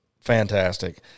fantastic